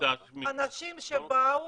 אנשים שבאו,